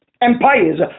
empires